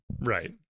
Right